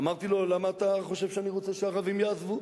אמרתי לו: למה אתה חושב שאני רוצה שהערבים יעזבו?